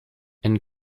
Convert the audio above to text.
and